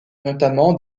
notamment